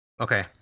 Okay